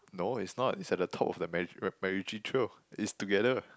no it's not it's at the top of the Mac~ MacRitchie trail it's together